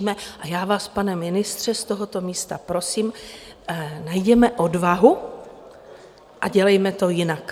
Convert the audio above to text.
A já vás, pane ministře, z tohoto místa prosím, najděme odvahu a dělejme to jinak.